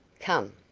come.